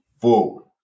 forward